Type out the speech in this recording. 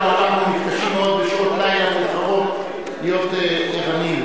ההסתייגות של קבוצת סיעת רע"ם-תע"ל לשם החוק לא נתקבלה.